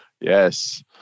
Yes